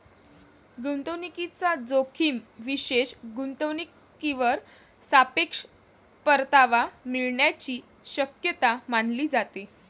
गुंतवणूकीचा जोखीम विशेष गुंतवणूकीवर सापेक्ष परतावा मिळण्याची शक्यता मानली जाते